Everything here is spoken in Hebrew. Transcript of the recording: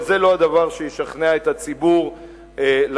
אבל זה לא הדבר שישכנע את הציבור לתת